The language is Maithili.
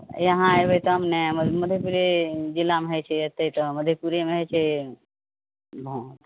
यहाँ अयबै तब ने मधेपुरे जिलामे होइ छै एतै तऽ मधेपुरेमे होइ छै भोट